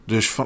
Dus